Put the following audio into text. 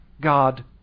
God